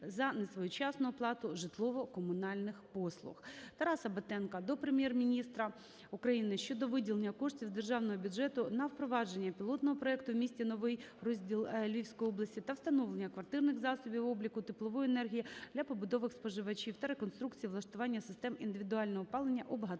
за несвоєчасну оплату житлово-комунальних послуг. Тараса Батенка до Прем'єр-міністра України щодо виділення коштів з Державного бюджету на впровадження пілотного проекту в місті Новий Розділ Львівської області та встановленню квартирних засобів обліку теплової енергії для побутових споживачів та реконструкції/влаштування систем індивідуального опалення у багатоквартирних